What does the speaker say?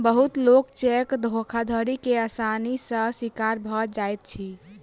बहुत लोक चेक धोखाधड़ी के आसानी सॅ शिकार भ जाइत अछि